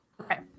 Okay